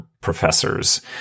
professors